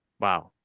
Wow